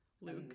Luke